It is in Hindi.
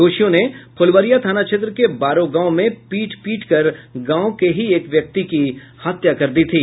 दोषियों ने फुलवरिया थाना क्षेत्र के बारो गांव में पीट पीटकर गांव के ही एक व्यक्ति की हत्या कर दी थी